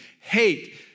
hate